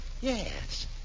Yes